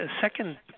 second